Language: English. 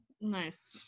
Nice